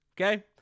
Okay